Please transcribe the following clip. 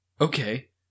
Okay